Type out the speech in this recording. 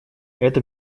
это